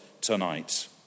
tonight